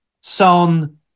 Son